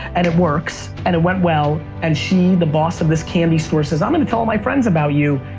and it works, and it went well, and she the boss of this candy store says i'm gonna tell my friends about you,